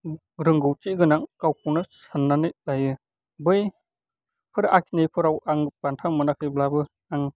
रोंगौथि गोनां गावखौनो साननानै लायो बैफोर आखिनायफोराव आं बान्था मोनाखैब्लाबो आं